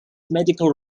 medical